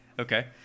Okay